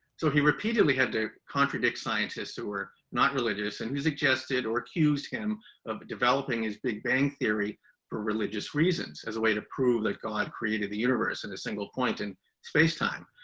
so, he repeatedly had to contradict scientists who were not religious and who suggested or accused him of developing his big bang theory for religious reasons, as a way to prove that god created the universe in a single point in space time.